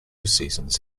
seasons